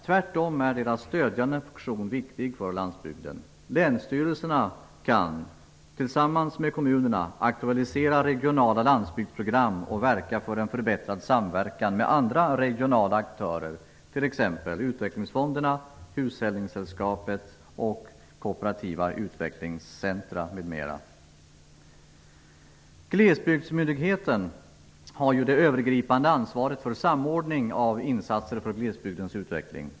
Tvärtom är deras stödjande funktion viktig för landsbygden. Länsstyrelserna kan tillsammans med kommunerna aktualisera regionala landsbygsprogram och verka för en förbättrad samverkan med andra regionala aktörer, t.ex. utvecklingsfonderna, Hushållningssällskapet och kooperativa utvecklingscentrum. Glesbygdsmyndigheten har det övergripande ansvaret för samordning av insatser för glesbygdens utveckling.